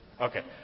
Okay